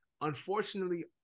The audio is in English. unfortunately